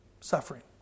Suffering